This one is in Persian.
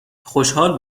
خوشحال